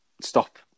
stop